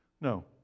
no